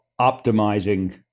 optimizing